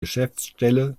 geschäftsstelle